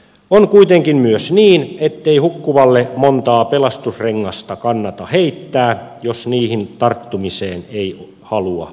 on kuitenkin myös niin ettei hukkuvalle montaa pelastusrengasta kannata heittää jos niihin tarttumiseen ei halua ole